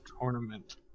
tournament